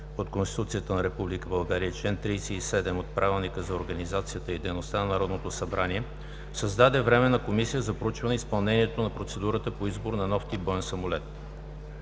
от Конституцията на Република България и чл. 37 от Правилника за организацията и дейността на Народното събрание създаде Временна комисия за проучване изпълнението на процедурата по избор на нов тип боен самолет.